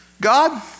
God